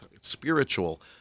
spiritual